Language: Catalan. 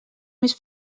més